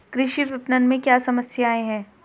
कृषि विपणन में क्या समस्याएँ हैं?